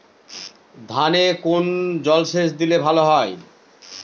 ধানে কোন জলসেচ দিলে ভাল হয়?